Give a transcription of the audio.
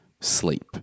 sleep